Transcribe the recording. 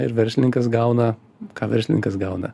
ir verslininkas gauna ką verslininkas gauna